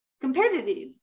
competitive